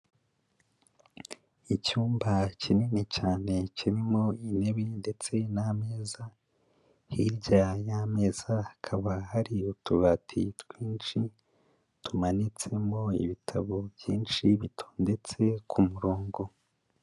Icyumba kinini cyane kirimo intebe ndetse n'ameza, hirya y'ameza hakaba hari utubati twinshi, tumanitsemo ibitabo byinshi bitondetse ku murongo.